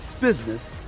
business